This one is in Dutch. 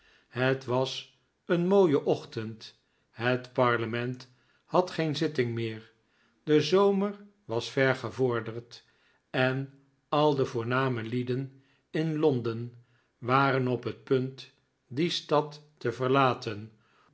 het was een mooie ochtend het parlement o p geen zitting meer de zomer was ver gevorderd en al de voorname lieden e in londen waren op het punt die stad te verlaten